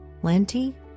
plenty